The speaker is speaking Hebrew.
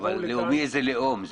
לאומי, זה לאום.